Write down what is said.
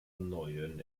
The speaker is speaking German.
neuen